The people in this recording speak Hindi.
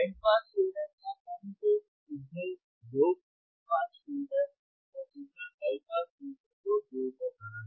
बैंड पास फिल्टर आसानी से सिंगल लो पास फिल्टर और सिंगल हाई पास फिल्टर को जोड़कर बना सकते हैं